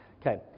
Okay